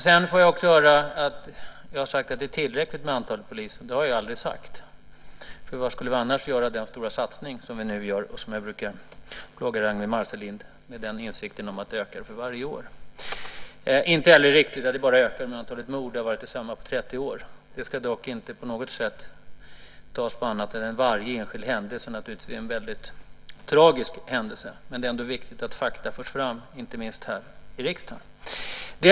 Jag får också höra att jag har sagt att antalet poliser är tillräckligt. Det har jag aldrig sagt. Vad skulle vi annars göra av den stora satsning som vi nu gör och som jag brukar fråga Ragnwi Marcelind om med insikten om att den ökar för varje år? Det är inte heller riktigt att antalet mord bara ökar. Det har varit detsamma under 30 år. Det ska dock inte på något sätt tas som något annat än att varje enskild händelse naturligtvis är väldigt tragisk. Det är ändå viktigt att fakta förs fram, inte minst här i riksdagen.